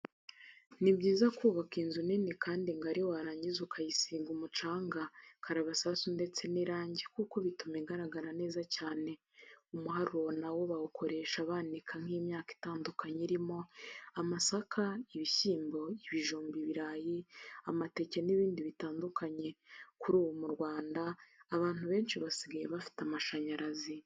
Ni byiza kubaka inzu nini kandi ngari warangiza ukayisiga umucanga, karabasasu ndetse n'irangi kuko bituma igaragara neza cyane. Umuharuro na wo bawukoresha banika nk'imyaka itandukanye irimo amasaka, ibishyimbo, ibijumba, ibirayi, amateke n'ibindi bitandukanye. Kuri ubu mu Rwanda abantu benshi basigaye bafite amashyanyarazi.